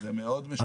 זה מאוד משנה.